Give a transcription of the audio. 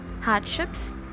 hardships